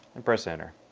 and press enter.